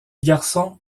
garçons